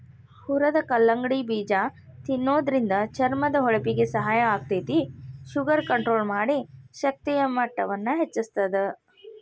ಹುರದ ಕಲ್ಲಂಗಡಿ ಬೇಜ ತಿನ್ನೋದ್ರಿಂದ ಚರ್ಮದ ಹೊಳಪಿಗೆ ಸಹಾಯ ಆಗ್ತೇತಿ, ಶುಗರ್ ಕಂಟ್ರೋಲ್ ಮಾಡಿ, ಶಕ್ತಿಯ ಮಟ್ಟವನ್ನ ಹೆಚ್ಚಸ್ತದ